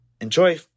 enjoy